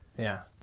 yeah,